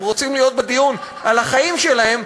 הם רוצים להיות בדיון על החיים שלהם.